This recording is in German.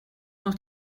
noch